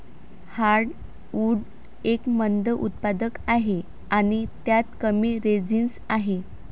heartwood एक मंद उत्पादक आहे आणि त्यात कमी रेझिनस आहे